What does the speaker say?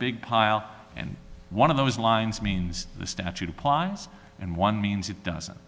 big pile and one of those lines means the statute applies and one means it doesn't